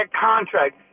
contract